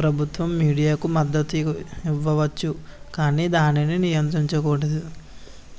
ప్రభుత్వం మీడియాకు మద్దత్తు ఇవ్వవచ్చు కాని దానిని నియంత్రించకూడదు